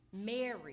Mary